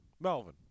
Melvin